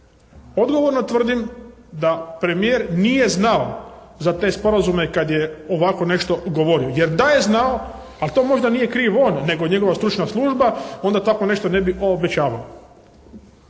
Odgovorno tvrdim da premijer nije znao za te sporazume kad je ovako nešto govorio. Jer da je znao, ali to možda nije kriv on nego njegova stručna služba onda takvo nešto ne bi obećavao.